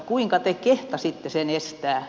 kuinka te kehtasitte sen estää